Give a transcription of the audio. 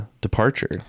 departure